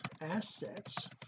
assets